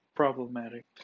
problematic